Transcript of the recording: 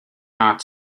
heart